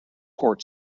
port